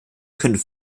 können